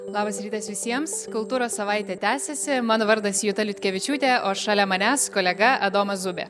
labas rytas visiems kultūros savaitė tęsiasi mano vardas juta liutkevičiūtė o šalia manęs kolega adomas zubė